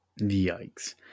yikes